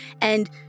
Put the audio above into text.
And-